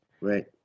Right